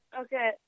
Okay